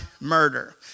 murder